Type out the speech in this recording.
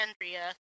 Andrea